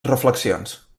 reflexions